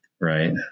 right